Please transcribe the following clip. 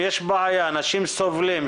יש בעיה, אנשים סובלים.